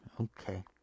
Okay